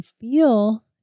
feel